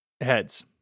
Heads